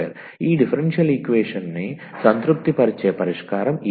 ఈ డిఫరెన్షియల్ ఈక్వేషన్ని సంతృప్తిపరిచే పరిష్కారం ఇది